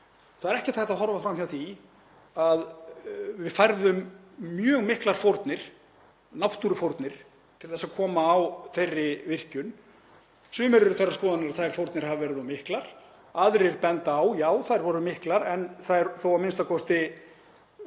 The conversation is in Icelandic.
það er ekki hægt að horfa fram hjá því að við færðum mjög miklar fórnir, náttúrufórnir, til þess að koma á þeirri virkjun. Sumir eru þeirrar skoðunar að þær fórnir hafi verið of miklar. Aðrir benda á að þær hafi verið miklar en gerðu það a.m.k.